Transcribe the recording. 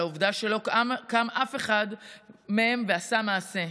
על העובדה שלא קם אף אחד מהם ועשה מעשה,